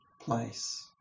place